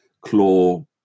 claw